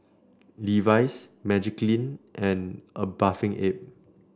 Levi's Magiclean and A Bathing Ape